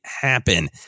happen